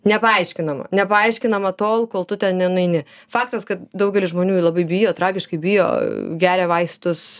nepaaiškinama nepaaiškinama tol kol tu ten nenueini faktas kad daugelis žmonių labai bijo tragiškai bijo geria vaistus